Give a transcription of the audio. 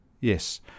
Yes